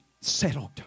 settled